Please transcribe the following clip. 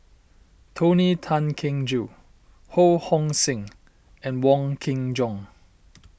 Tony Tan Keng Joo Ho Hong Sing and Wong Kin Jong